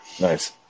nice